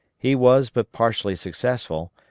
he was but partially successful,